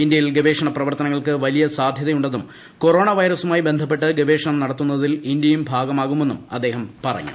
ഇന്ത്യയിൽ ഗവേഷണ പ്രവർത്തനങ്ങൾക്ക് വലിയ സാധ്യതയുണ്ടെന്നും കൊറോണ വൈറസുമായി ബന്ധപ്പെട്ട് ഗവേഷണം നടത്തുന്നതിൽ ഇന്ത്യയും ഭാഗമാകുമെന്നും അദ്ദേഹം പറഞ്ഞു